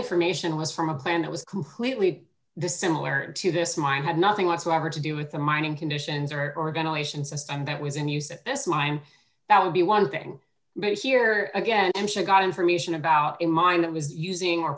information was from a plan that was completely the similar to this mine had nothing whatsoever to do with the mining conditions or organization system that was in use at this mine that would be one thing but here again i'm sure got information about in mind that was using